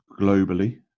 globally